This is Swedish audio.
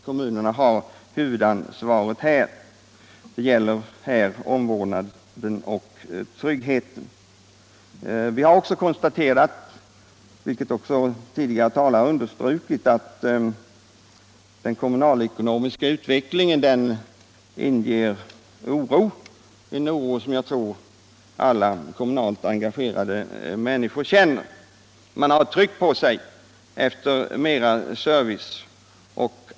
Kommunerna har här huvudansvaret. Det gäller framför allt frågor om omvårdnad och trygghet. Vi har likaså konstaterat, vilket också tidigare talare understrukit, att den kommunalekonomiska utvecklingen inger oro, en oro som jag tror att alla kommunalt engagerade människor känner. Kommunerna har ett tryck på sig att ge mera service.